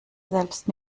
selbst